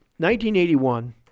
1981